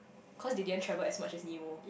cause they didn't travel as much as Nemo